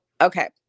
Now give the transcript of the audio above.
okay